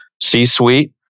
C-suite